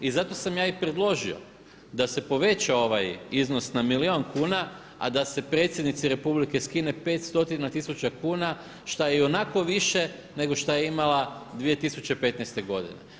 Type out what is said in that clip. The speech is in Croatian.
I zato sam ja i predložio da se poveća ovaj iznos na milijun kuna a da se predsjednici republike skine 5 stotina tisuća kuna šta je ionako više nego šta je imala 2015. godine.